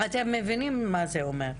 אתם מבינים מה זה אומר?